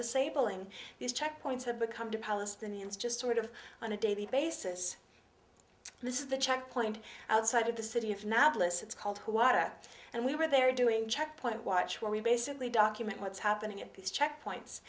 disabling these checkpoints have become to palestinians just sort of on a daily basis this is the checkpoint outside of the city of nablus it's called who are at and we were there doing checkpoint watch where we basically document what's happening at these checkpoints